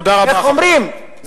איך אומרים,